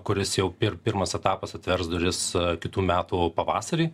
kuris jau pirmas etapas atvers duris su kitų metų pavasarį